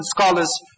scholars